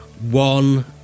one